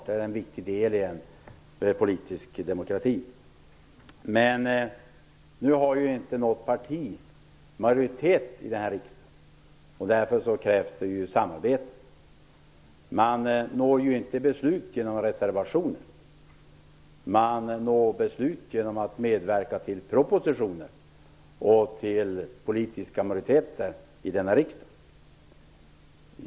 Det är en väsentlig del av en politisk demokrati. Men nu har inget parti majoritet i riksdagen, och därför krävs det samarbete. Men man når ju inte beslut genom reservationer utan genom att medverka till propositioner och till politiska majoriteter i denna riksdag.